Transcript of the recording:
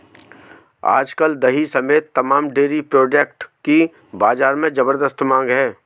आज कल दही समेत तमाम डेरी प्रोडक्ट की बाजार में ज़बरदस्त मांग है